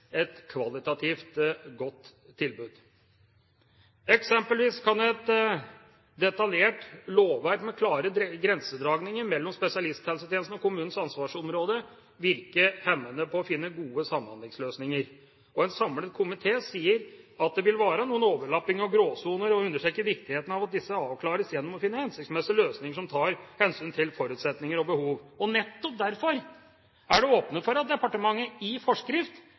et kvalitativt godt tilbud. Eksempelvis kan et detaljert lovverk med klare grensedragninger mellom spesialisthelsetjenesten og kommunens ansvarsområde virke hemmende på å finne gode samhandlingsløsninger. En samlet komité sier at det vil være noen overlappinger og gråsoner, og understreker viktigheten av at disse avklares gjennom å finne hensiktsmessige løsninger som tar hensyn til forutsetninger og behov. Nettopp derfor er det åpnet for at departementet i forskrift